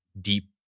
deep